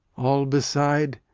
all beside,